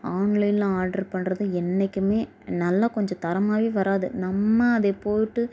ஆன்லைனில் ஆர்டர் பண்ணுறது என்றைக்குமே நல்லா கொஞ்சம் தரமாகவே வராது நம்ம அதை போட்டு